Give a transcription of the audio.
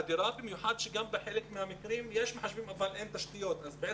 אדירה במיוחד שגם בחלק מהמקרים יש מחשבים אבל אין תשתיות ויוצא